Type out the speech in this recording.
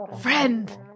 Friend